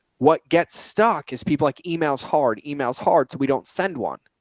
what gets stuck is people like email's hard. email's hard. so we don't send one,